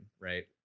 right